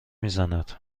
میزند